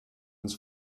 uns